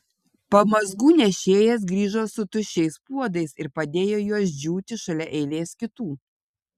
pamazgų nešėjas grįžo su tuščiais puodais ir padėjo juos džiūti šalia eilės kitų